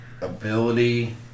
ability